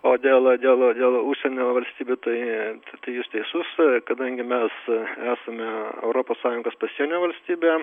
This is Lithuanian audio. o dėl o dėl o dėl užsienio valstybių tai jūs teisus kadangi mes esame europos sąjungos pasienio valstybė